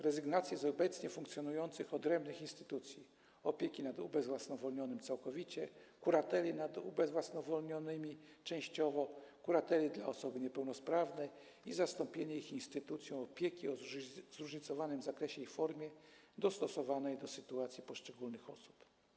Rezygnuje się z obecnie funkcjonujących odrębnych instytucji opieki nad ubezwłasnowolnionym całkowicie, kurateli nad ubezwłasnowolnionymi częściowo, kurateli dla osoby niepełnosprawnej i zastępuje się je instytucją opieki w zróżnicowanych zakresie i formie, które są dostosowane do sytuacji poszczególnych osób.